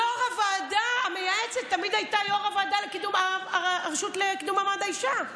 יו"ר הוועדה המייעצת תמיד הייתה יו"ר הרשות לקידום מעמד האישה,